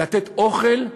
לתת אוכל,